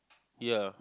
ya